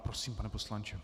Prosím, pane poslanče.